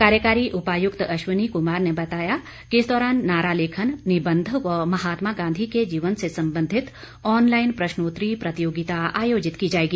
कार्यकारी उपायुक्त अश्विनी कुमार ने बताया कि इस दौरान नारा लेखन निबंध व महात्मा गांधी के जीवन से संबधित ऑनलाईन प्रश्नोतरी प्रतियोगिता आयोजित की जाएगी